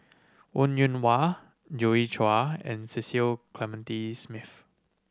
Wong Yoon Wah Joi Chua and Cecil Clementi Smith